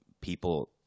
people